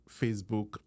Facebook